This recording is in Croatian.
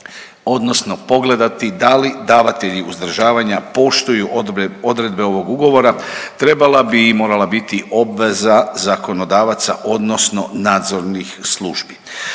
odnosno pogledati da li davatelji uzdržavanja poštuju odredbe ovog ugovora, trebala bi i morala biti obveza zakonodavaca odnosno nadzornih službi.